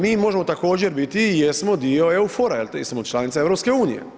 Mi možemo također biti i jesmo dio EUFOR-a jer smo članica EU.